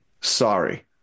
sorry